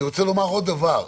אני רוצה לומר עוד דבר.